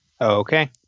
Okay